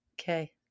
Okay